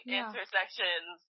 intersections